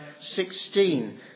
16